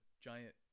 giant